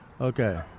Okay